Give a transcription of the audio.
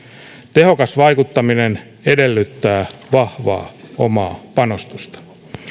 tehokas vaikuttaminen edellyttää vahvaa omaa panostusta